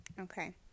Okay